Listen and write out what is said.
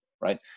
right